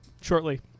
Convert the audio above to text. shortly